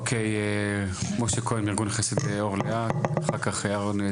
אוקי, משה כהן, ארגון חסד 'אור לאה', בבקשה.